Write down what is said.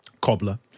cobbler